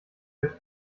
durch